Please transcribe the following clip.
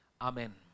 Amen